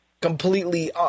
completely